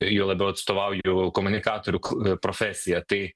juo labiau atstovauju komunikatorių k profesiją tai